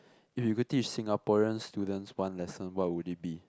if you go teach Singaporean students one lesson what would it be